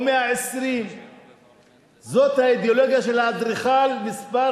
או 120. זאת האידיאולוגיה של האדריכל מספר